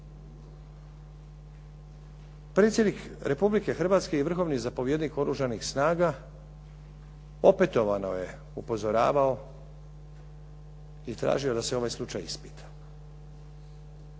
Predsjednik Republike Hrvatske i vrhovni zapovjednik oružanih snaga opetovano je upozoravao i tražio da se ovaj slučaj ispita.